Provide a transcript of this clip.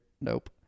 Nope